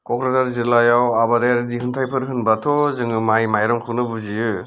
क'क्राझार जिल्लायाव आबादायारि दिहुनथायफोर होनब्लाथ' जोङो माइ माइरंखौनो बुजियो